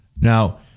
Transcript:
Now